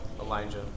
Elijah